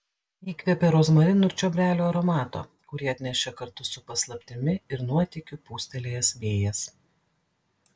įkvėpė rozmarinų ir čiobrelių aromato kurį atnešė kartu su paslaptimi ir nuotykiu pūstelėjęs vėjas